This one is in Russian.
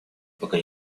пока